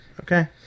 Okay